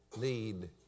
need